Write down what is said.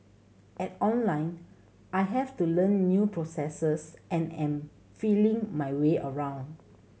at Online I have to learn new processes and am feeling my way around